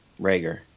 Rager